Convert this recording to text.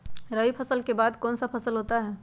रवि फसल के बाद कौन सा फसल होता है?